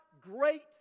great